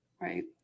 Right